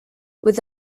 with